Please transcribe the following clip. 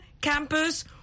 campus